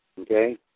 Okay